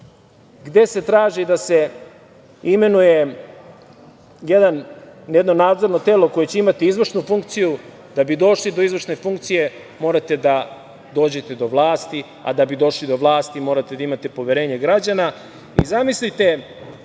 gde se traži da se imenuje jedno nadzorno telo koje će imati izvršnu funkciju. Da bi došli do izvršne funkcije, morate da dođete do vlasti, a da bi došli do vlasti morate da imate poverenje građana. Zamislite,